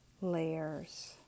layers